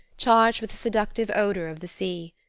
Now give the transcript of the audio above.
charged with the seductive odor of the sea.